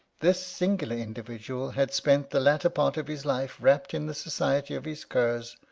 this singular individual had spent the latter part of his life wrapped in the society of his curs,